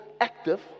active